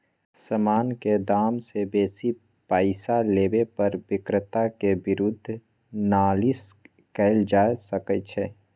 समान के दाम से बेशी पइसा लेबे पर विक्रेता के विरुद्ध नालिश कएल जा सकइ छइ